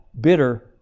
bitter